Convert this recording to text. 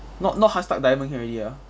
not not diamond can already ah